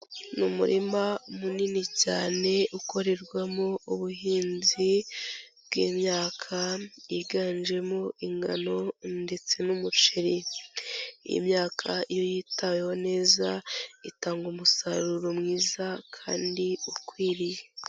Ni umurima munini cyane ukorerwamo ubuhinzi bw'imyaka yiganjemo ingano ndetse n'umuceri, iyi myaka iyo yitaweho neza, itanga umusaruro mwiza kandi ukwiriye.